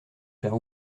faire